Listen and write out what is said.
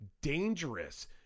dangerous